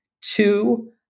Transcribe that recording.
Two